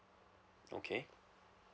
okay